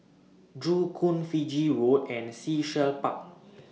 Joo Koon Fiji Road and Sea Shell Park